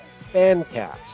Fancast